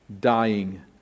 dying